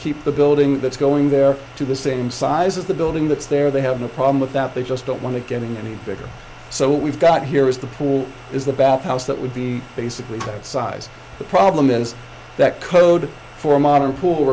keep the building that's going there to the same size as the building that's there they have no problem with that they just don't want to getting any bigger so we've got here is the pool is the bathhouse that would be basically that size the problem is that code for a modern poo